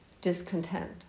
discontent